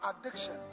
addiction